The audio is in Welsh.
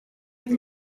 ydy